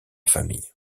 famille